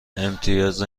امتیاز